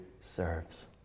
serves